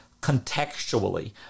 Contextually